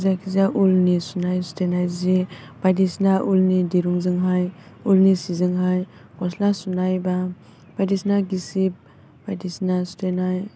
जायखिजाया उलनि सुनाय सुथेनाय जि बायदिसिना उलनि दिरुं जोंहाय उलनि सिजोंहाय गस्ला सुनाय बा बायदिसिना गिसिब बायदिसिना सुथेनाय